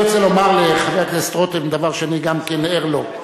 אני רוצה לומר לחבר הכנסת רותם דבר שאני ער גם לו.